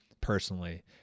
personally